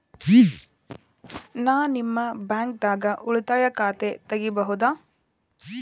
ನಾ ನಿಮ್ಮ ಬ್ಯಾಂಕ್ ದಾಗ ಉಳಿತಾಯ ಖಾತೆ ತೆಗಿಬಹುದ?